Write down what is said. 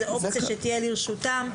זו אופציה שתהיה לרשותם.